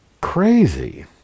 crazy